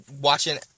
watching